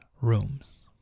rooms